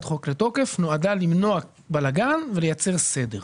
חוק לתוקף נועדה למנוע בלגן ולייצר סדר,